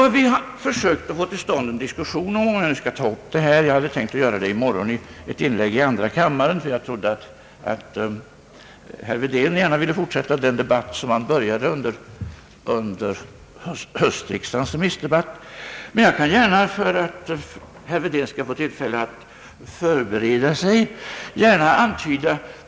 Vad vi försökt att få till stånd en diskussion om är något helt annat — om jag nu skall ta upp den debatten här — jag hade tänkt göra det i morgon i ett inlägg i andra kammaren, eftersom jag trodde att herr Wedén gärna ville fortsätta den diskussion som han började under = höstriksdagens <remissdebatt. Men jag gör det gärna redan nu, för att herr Wedén skall få tillfälle att förbereda sig.